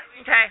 Okay